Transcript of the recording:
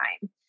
time